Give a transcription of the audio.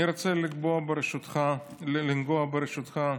אני רוצה לגעת, ברשותך,